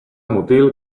mutil